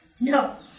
No